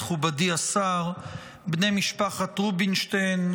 וכל מוקירי זכרו של חבר הכנסת והשר לשעבר פרופ' אמנון רובינשטיין,